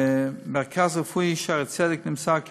מהמרכז הרפואי "שערי צדק" נמסר כי